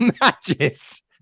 matches